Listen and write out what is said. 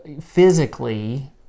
physically